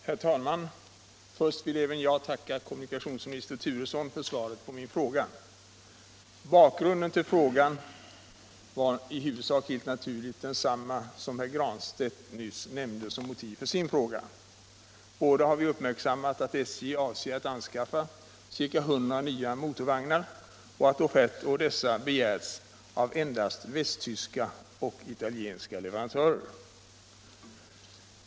Herr talman! Först vill även jag tacka kommunikationsminister Turesson för svaret. Bakgrunden till min fråga är i huvudsak helt naturligt densamma som herr Granstedt nyss nämnde som motiv för sin. Båda har vi uppmärksammat att SJ avser att anskaffa ca 100 nya motorvagnar och att offert på dessa begärts av endast västtyska och italienska leverantörer.